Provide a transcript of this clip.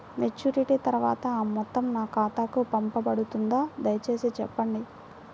Maturity తర్వాత ఆ మొత్తం నా ఖాతాకు పంపబడుతుందా? దయచేసి చెప్పండి?